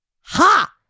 ha